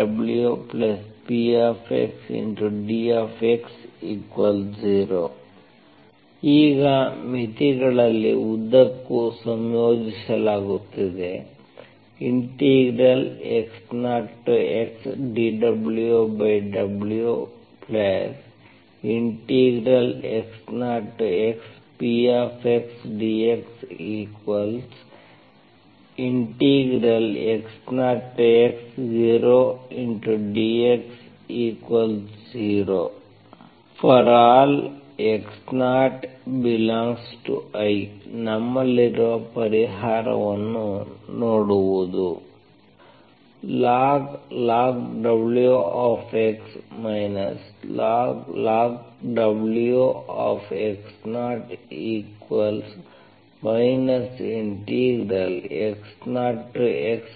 dWWpxdx0 ಈಗ ಮಿತಿಗಳಲ್ಲಿ ಉದ್ದಕ್ಕೂ ಸಂಯೋಜಿಸಲಾಗುತ್ತಿದೆ x0xdWWx0xpdxx0x0 dx0 ∀x0∈I ನಮ್ಮಲ್ಲಿರುವ ಪರಿಹಾರವನ್ನು ನೋಡುವುದು log Wx log Wx0 x0xpdx ⟹dWWx0e x0xpdx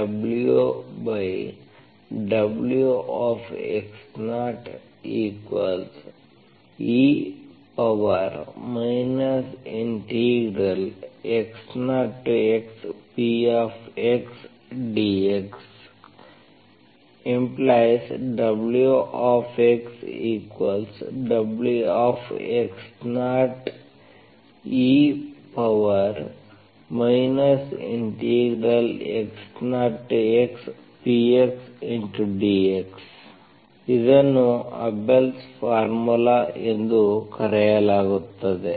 ⟹WxWx0 e x0xpdx ಇದನ್ನು ಅಬೆಲ್ಸ್ Abels ಫಾರ್ಮುಲಾ ಎಂದು ಕರೆಯಲಾಗುತ್ತದೆ